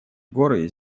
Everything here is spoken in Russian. горы